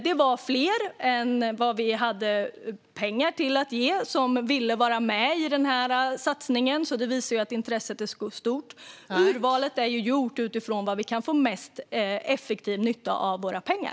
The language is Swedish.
Det var fler än vi hade pengar till som ville vara med i satsningen. Det visar att intresset är stort. Urvalet har gjorts utifrån var vi kan få mest effektiv nytta av våra pengar.